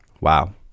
Wow